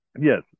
yes